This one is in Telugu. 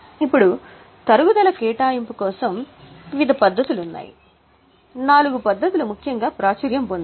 ఇప్పుడు తరుగుదల కేటాయింపు కోసం వివిధ పద్ధతులు ఉన్నాయి నాలుగు పద్ధతులు ముఖ్యంగా ప్రాచుర్యం పొందాయి